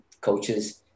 coaches